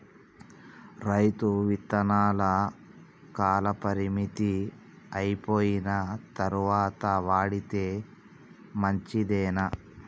రైతులు విత్తనాల కాలపరిమితి అయిపోయిన తరువాత వాడితే మంచిదేనా?